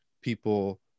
people